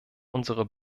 unsere